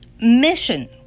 mission